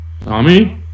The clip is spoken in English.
Tommy